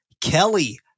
Kelly